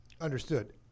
understood